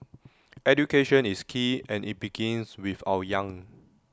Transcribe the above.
education is key and IT begins with our young